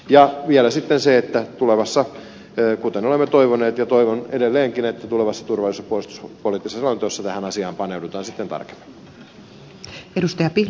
sitten vielä se että olemme toivoneet ja toivon edelleenkin että tulevassa turvallisuus ja puolustuspoliittisessa selonteossa tähän asiaan paneudutaan sitten tarkemmin